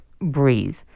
breathe